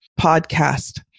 podcast